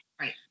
Right